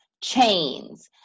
chains